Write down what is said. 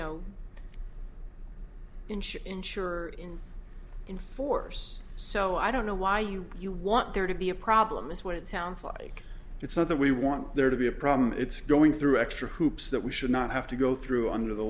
insure insure in in force so i don't know why you you want there to be a problem is what it sounds like it's not that we want there to be a problem it's going through extra hoops that we should not have to go through under the